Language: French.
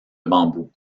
bambou